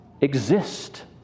exist